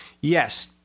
yes